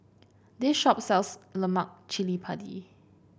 this shop sells Lemak Cili Padi